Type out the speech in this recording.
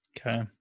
Okay